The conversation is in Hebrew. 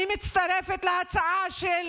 אני מצטרפת להצעה של